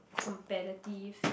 competitive